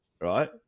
right